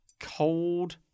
Cold